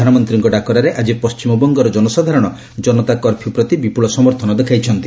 ପ୍ରଧାନମନ୍ତ୍ରୀଙ୍କ ଡାକରାରେ ଆଜି ପଶ୍ଚିମବଙ୍ଗର ଜନସାଧାରଣ ଜନତା କର୍ଫ୍ୟୁ ପ୍ରତି ବିପୁଳ ସମର୍ଥନ ଦେଖାଇଛନ୍ତି